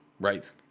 Right